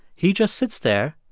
he just sits there,